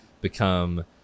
become